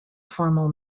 formal